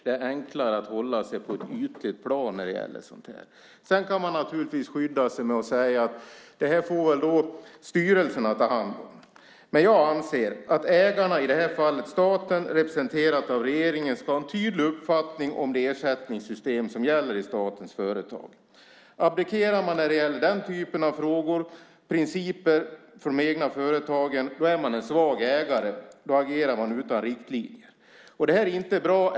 Det är enklare att hålla sig på ett ytligt plan när det gäller sådant här. Man kan naturligtvis skydda sig med att säga att det här får väl styrelserna ta hand om. Men jag anser att ägarna, i det här fallet staten representerad av regeringen, ska ha en tydlig uppfattning om det ersättningssystem som gäller i statens företag. Abdikerar man när det gäller den typen av frågor, principer för de egna företagen, är man en svag ägare. Då agerar man utan riktlinjer. Det här är inte bra.